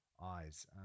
eyes